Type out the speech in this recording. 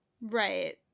Right